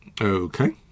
Okay